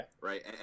right